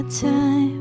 time